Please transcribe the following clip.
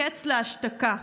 הקץ להשתקה.